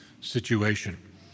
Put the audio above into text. situation